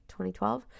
2012